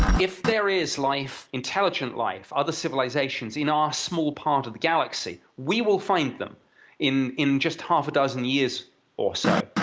if there is life intelligent life other civilizations in our small part of the galaxy we will find them in in just half a dozen years or so